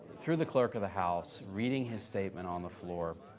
through the clerk of the house, reading his statement on the floor,